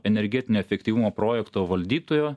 energetinio efektyvumo projekto valdytojo